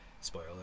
Spoiler